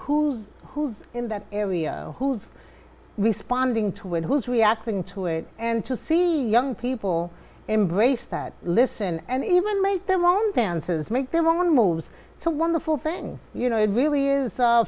who's who's in that area who's responding to it who's reacting to it and to see young people embrace that listen and even make their own dances make their own moves it's a wonderful thing you know it really is